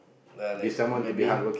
ya like maybe